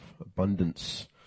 abundance